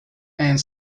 and